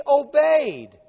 obeyed